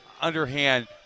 underhand